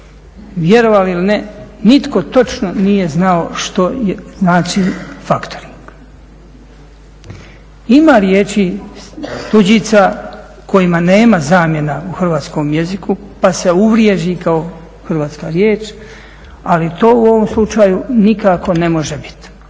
vjerovali ili ne nitko točno nije znao što znači faktoring. Ima riječi tuđica kojima nema zamjena u hrvatskom jeziku pa se uvriježi hrvatska riječ, ali u ovom slučaju nikako ne može biti.